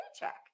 paycheck